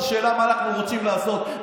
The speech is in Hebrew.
השאלה היא מה אנחנו רוצים לעשות.